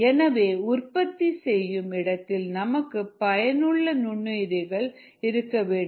எனவே உற்பத்தி செய்யும் இடத்தில் நமக்கு பயனுள்ள நுண்ணுயிரிகள் இருக்க வேண்டும்